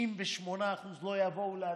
98% לא יבואו להצביע,